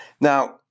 Now